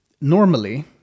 normally